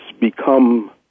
become